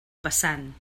passant